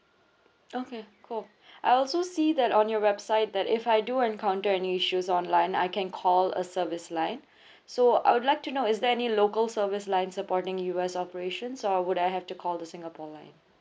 okay cool I also see that on your website that if I do encounter any issues online I can call a service line so I would like to know is there any local service line supporting U_S operations or would I have to call the singapore line